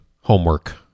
homework